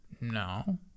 No